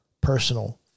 personal